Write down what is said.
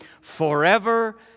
forever